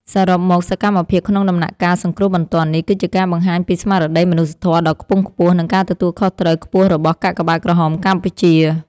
សរុបមក សកម្មភាពក្នុងដំណាក់កាលសង្គ្រោះបន្ទាន់នេះ គឺជាការបង្ហាញពីស្មារតីមនុស្សធម៌ដ៏ខ្ពង់ខ្ពស់ និងការទទួលខុសត្រូវខ្ពស់របស់កាកបាទក្រហមកម្ពុជា។